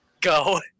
Go